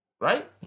Right